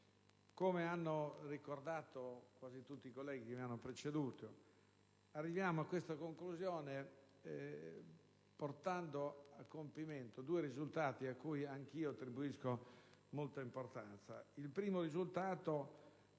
Come hanno ricordato quasi tutti i colleghi che mi hanno preceduto, arriviamo a questa conclusione portando a compimento due risultati, ai quali anch'io attribuisco molta importanza. Il primo risultato